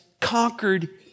conquered